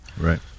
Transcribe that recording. Right